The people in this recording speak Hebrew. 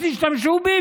אז תשתמשו בי,